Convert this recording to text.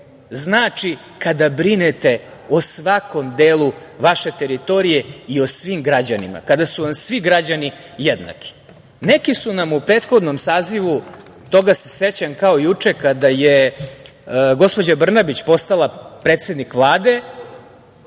znači kada brinete o svakom delu vaše teritorije i o svim građanima, kada su vam svi građani jednaki. Neki su nam u prethodnom sazivu, toga se sećam kao juče, kada je gospođa Brnabić postala predsednik Vlade,